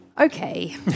Okay